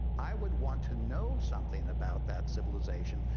i would want to know something about that civilization.